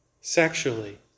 sexually